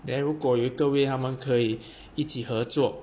then 如果有一个位他们可以一起合作